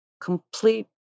complete